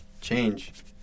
change